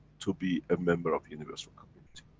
to be a member of universal community.